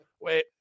Wait